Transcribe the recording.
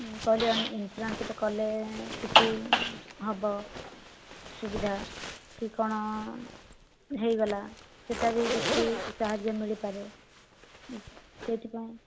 ମୁଁ କହିଲି ଇନ୍ସୁରାନ୍ସ ଟେ କଲେ କିଛି ହେବ ସୁବିଧା କି କଣ ହେଇଗଲା ସେଇଟା ବି କିଛି ସାହାଯ୍ୟ ମିଳିପାରେ ସେଇଥିପାଇଁ